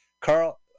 Carl